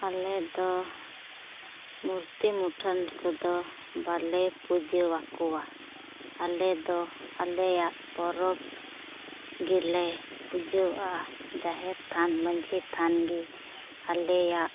ᱟᱞᱮ ᱫᱚ ᱢᱩᱨᱛᱤ ᱢᱩᱴᱷᱟᱹᱱ ᱠᱚᱫᱚ ᱵᱟᱞᱮ ᱯᱩᱡᱟᱹ ᱟᱠᱚᱣᱟ ᱟᱞᱮ ᱫᱚ ᱟᱞᱮᱭᱟᱜ ᱯᱚᱨᱚᱵᱽ ᱜᱮᱞᱮ ᱯᱩᱡᱟᱹᱣᱟᱹᱜᱼᱟ ᱡᱟᱦᱮᱨ ᱛᱷᱟᱱ ᱢᱟᱺᱡᱷᱤ ᱛᱷᱟᱱ ᱜᱮ ᱟᱞᱮᱭᱟᱜ